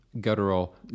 guttural